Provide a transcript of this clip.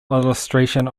illustration